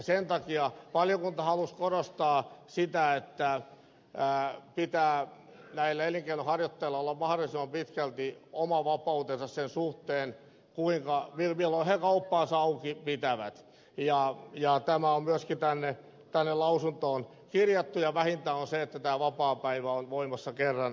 sen takia valiokunta halusi korostaa sitä että näillä elinkeinonharjoittajilla pitää olla mahdollisimman pitkälti oma vapautensa sen suhteen milloin he kauppaansa auki pitävät ja tämä on myöskin tänne lausuntoon kirjattu ja vähintä on se että tämä vapaapäivä on voimassa kerran viikossa